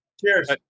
Cheers